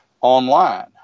online